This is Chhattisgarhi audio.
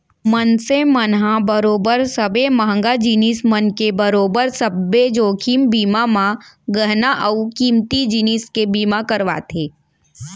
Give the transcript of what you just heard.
मनसे मन ह बरोबर सबे महंगा जिनिस मन के बरोबर सब्बे जोखिम बीमा म गहना अउ कीमती जिनिस के बीमा करवाथे